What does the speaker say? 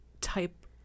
type